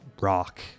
rock